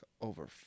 over